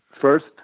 first